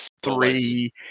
three